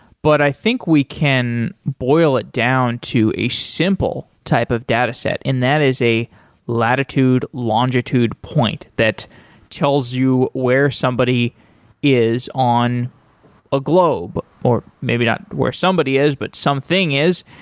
but i think we can boil it down to a simple type of data set. and that is a latitude-longitude point that tells you where somebody is on a globe, or maybe not where somebody is, but something is.